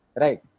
right